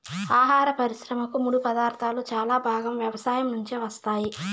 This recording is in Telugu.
ఆహార పరిశ్రమకు ముడిపదార్థాలు చాలా భాగం వ్యవసాయం నుంచే వస్తాయి